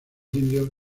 indios